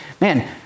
man